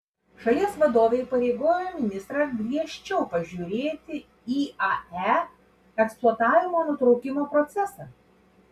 šalies vadovė įpareigojo ministrą griežčiau prižiūrėti iae eksploatavimo nutraukimo procesą